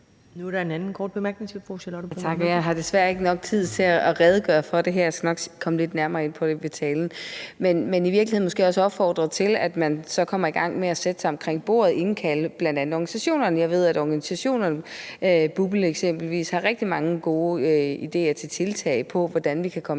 Jeg har desværre ikke nok tid til at redegøre for det her; jeg skal nok komme lidt nærmere ind på det i talen. Men jeg vil i virkeligheden måske også opfordre til, at man så kommer i gang med at sætte sig omkring bordet – indkalde bl.a. organisationerne. Jeg ved, at organisationerne, eksempelvis BUPL, har rigtig mange gode idéer til tiltag om, hvordan vi kan komme i